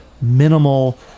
Minimal